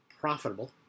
profitable